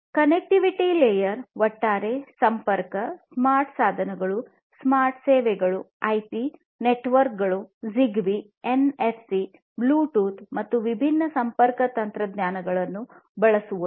connectivity layer ಒಟ್ಟಾರೆ ಸಂಪರ್ಕ smart ಸಾಧನಗಳು ಸ್ಮಾರ್ಟ್ ಸೇವೆಗಳು ಐಪಿ ನೆಟ್ವರ್ಕ್ಗಳು ಜಿಗ್ಬೀ ಎನ್ಎಫ್ಸಿ ಬ್ಲೂಟೂತ್ ಮತ್ತು ವಿಭಿನ್ನ ಸಂಪರ್ಕ ತಂತ್ರಜ್ಞಾನಗಳನ್ನು ಬಳಸುವುದು